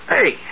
Hey